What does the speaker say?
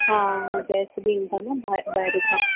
हा गेस्ट बि ईंदा न ॿा ॿाहिरि खां